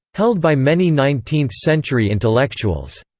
held by many nineteenth-century intellectuals.